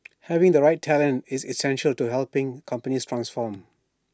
having the right talent is essential to helping companies transform